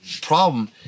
problem